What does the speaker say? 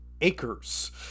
acres